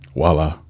voila